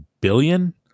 billion